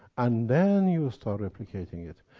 and then you'll start replicating it.